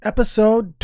Episode